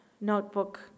notebook